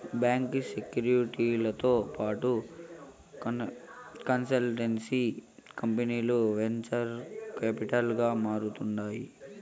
బాంకీ సెక్యూరీలతో పాటు కన్సల్టెన్సీ కంపనీలు వెంచర్ కాపిటల్ గా మారతాండాయి